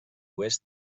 oest